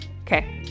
Okay